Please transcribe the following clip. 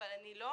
אבל אני לא,